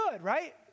right